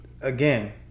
Again